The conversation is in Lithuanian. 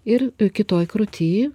ir kitoj krūty